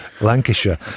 Lancashire